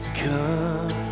come